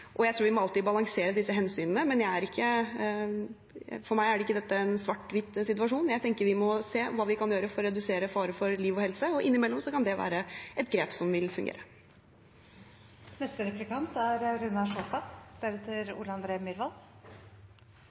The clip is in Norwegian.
og jeg tror vi alltid må balansere disse hensynene. For meg er ikke dette en svart-hvitt-situasjon, og jeg tenker vi må se på hva vi kan gjøre for å redusere faren for liv og helse, og innimellom kan dette være et grep som vil fungere. Arbeiderpartiet kommer ikke til å stemme for de representantforslagene. Det er